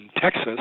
Texas